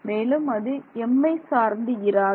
மேலும் அது mஐ சார்ந்து இராது